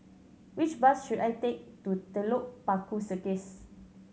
which bus should I take to Telok Paku Circus